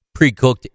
Precooked